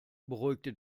beruhigte